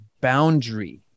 boundary